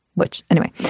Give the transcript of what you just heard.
which anyway.